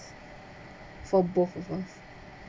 for both of us